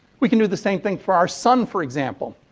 we can to the same thing for our sun, for example.